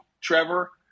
Trevor